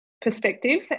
perspective